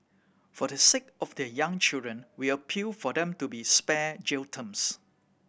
for the sake of their young children we appeal for them to be spared jail terms